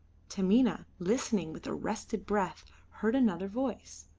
taminah, listening with arrested breath, heard another voice.